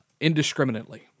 indiscriminately